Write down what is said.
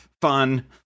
fun